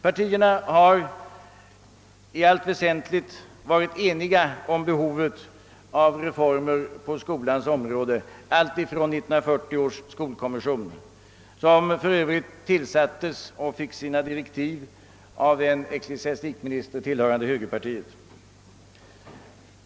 Partierna har i allt väsentligt varit eniga om behovet av reformer på skolans område — alltifrån skolkommissionen, som för övrigt tillsattes och fick sina direktiv av en ecklesiastikminister tillhörande högerpartiet.